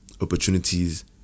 opportunities